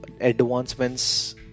advancements